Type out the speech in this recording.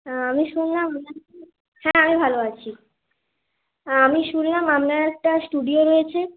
আ আমি শুনলাম নাকি হ্যাঁ আমি ভালো আছি আমি শুনলাম আপনার একটা স্টুডিও রয়েছে